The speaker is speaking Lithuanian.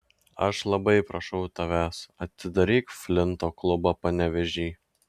aš labai prašau tavęs atidaryk flinto klubą panevėžy